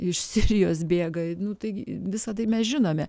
iš sirijos bėga tai visa tai mes žinome